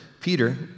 Peter